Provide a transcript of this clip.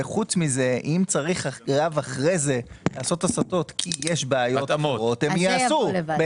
וחוץ מזה אם צריך אחרי זה לעשות התאמות כי יש בעיות אחרות הן ייעשו,